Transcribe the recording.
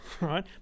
right